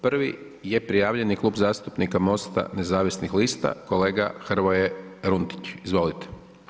Prvi je prijavljeni Klub zastupnika MOST-a nezavisnih lista, kolega Hrvoje Runtić, izvolite.